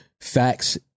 facts